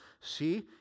See